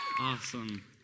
Awesome